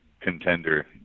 contender